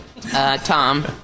Tom